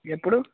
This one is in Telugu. ఎప్పుడు